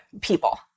people